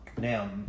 Now